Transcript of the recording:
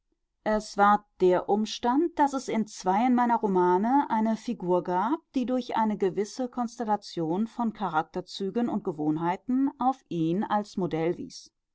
es war der umstand daß es in zweien meiner romane eine figur gab die durch eine gewisse konstellation von charakterzügen und gewohnheiten auf ihn als modell wies